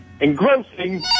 engrossing